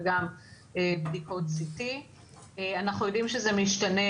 וגם בדיקות CT. אנחנו יודעים שזה משתנה,